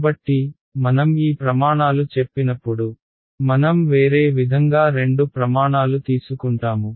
కాబట్టి మనం ఈ ప్రమాణాలు చెప్పినప్పుడు మనం వేరే విధంగా రెండు ప్రమాణాలు తీసుకుంటాము